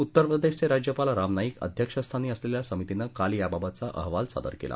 उत्तर प्रदेशचे राज्यपाल राम नाईक अध्यक्षस्थानी असलेल्या समितीने काल याबाबतचा अहवाल सादर केला